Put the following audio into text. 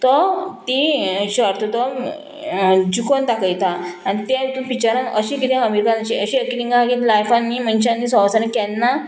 तो ती शर्त तो जिकोन दाखयता आनी ते पिक्चरान अशें किदें अमीर खानाची अशी अशें एका लायफान न्ही मनशान न्ही केन्ना